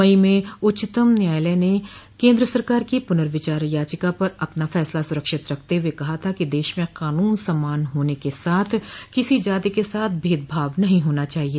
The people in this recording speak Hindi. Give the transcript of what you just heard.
मई में उच्चतम न्यायालय ने केन्द्र सरकार की पुनर्विचार याचिका पर अपना फैसला सुरक्षित रखते हुए कहा था कि देश में कानून समान होने के साथ किसी जाति के साथ भेदभाव नहीं हाना चाहिए